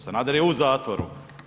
Sanader je u zatvoru.